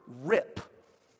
rip